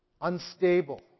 Unstable